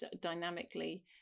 dynamically